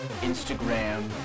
Instagram